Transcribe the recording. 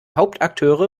hauptakteure